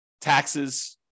taxes